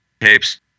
tapes